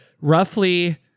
roughly